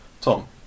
Tom